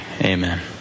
amen